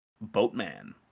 Boatman